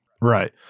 right